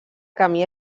camí